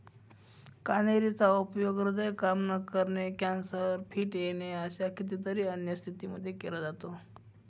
कन्हेरी चा उपयोग हृदय काम न करणे, कॅन्सर, फिट येणे अशा कितीतरी अन्य स्थितींमध्ये केला जातो